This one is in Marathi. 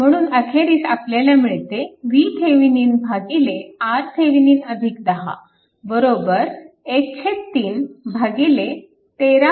म्हणून अखेरीस आपल्याला मिळते VThevenin RThevenin 10 1 3 13